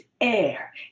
air